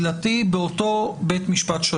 אפשר להציע הסתייגות.